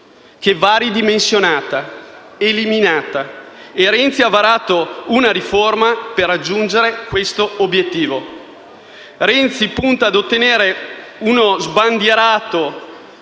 essere ridimensionata, eliminata, e Renzi ha varato una riforma per raggiungere questo obiettivo. Renzi punta a ottenere uno sbandierato,